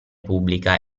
pubblica